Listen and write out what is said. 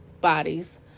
bodies